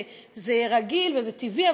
זה רגיל וזה טבעי,